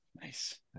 nice